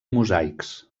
mosaics